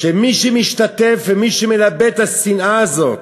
שמי שמשתתף, ומי שמלבה את השנאה הזאת,